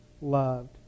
loved